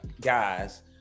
guys